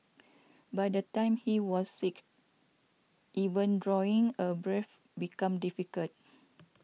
by the time he was six even drawing a breath became difficult